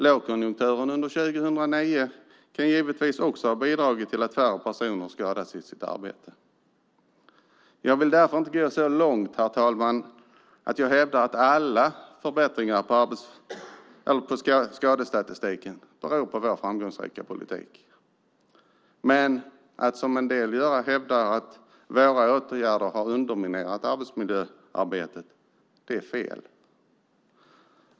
Lågkonjunkturen under 2009 kan givetvis också ha bidragit till att färre personer skadats i sitt arbete. Jag vill därför inte gå så långt att jag hävdar att alla förbättringar i skadestatistiken beror på vår framgångsrika politik, men att, som en del gör, hävda att våra åtgärder har underminerat arbetsmiljöarbetet är fel.